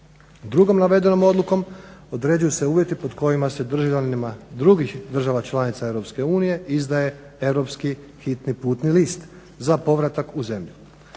Drugom navedenom odlukom određuju se uvjeti pod kojima se državljanima drugih država članica Europske unije izdaje europski hitni putni list za povratak u zemlju.